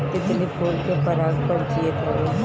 तितली फूल के पराग पर जियत हवे